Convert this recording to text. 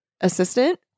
assistant